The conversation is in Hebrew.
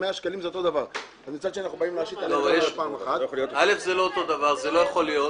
זה לא אותו הדבר, זה לא יכול להיות.